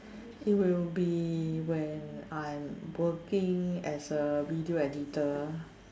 it will be when I'm working as a video editor